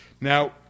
Now